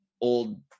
Old